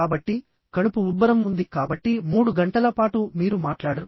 కాబట్టి కడుపు ఉబ్బరం ఉంది కాబట్టి మూడు గంటల పాటు మీరు మాట్లాడరు